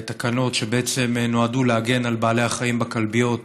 תקנות שנועדו להגן על בעלי החיים בכלביות.